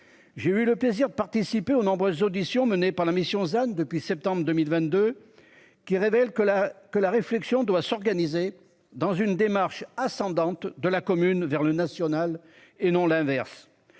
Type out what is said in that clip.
J'ai eu le plaisir de participer aux nombreuses auditions menées par la mission than depuis septembre 2022. Qui révèle que la que la réflexion doit s'organiser dans une démarche ascendante de la commune vers le National et non l'inverse.